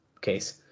case